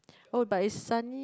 oh but it's sunny